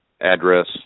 address